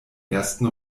ersten